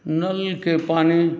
नलके पानी